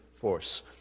force